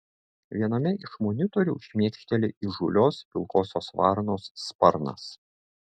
viename iš monitorių šmėkšteli įžūlios pilkosios varnos sparnas